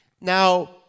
Now